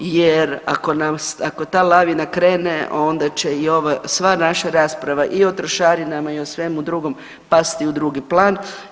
Jer ako ta lavina krene onda će i sva ova naša rasprava i o trošarinama i o svemu drugom pasti u drugi plan.